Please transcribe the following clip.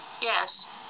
Yes